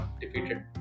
defeated